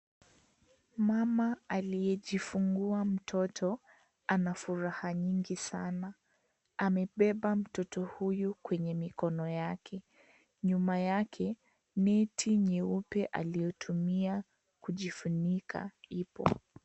Mama aliyejifungua mtoto ana afuraha nyingi sana. Amebeba mtoto huyu kwenye mkono wake. Nyuma yake neti nyeupe aliyotumia kujifunika ipo.